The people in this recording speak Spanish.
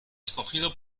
escogido